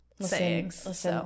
sayings